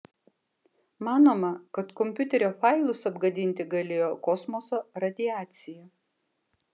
manoma kad kompiuterio failus apgadinti galėjo kosmoso radiacija